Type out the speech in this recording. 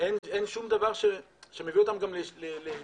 אין שום דבר שמביא אותם גם ל --- להתאמץ.